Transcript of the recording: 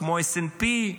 כמו S&P,